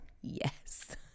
Yes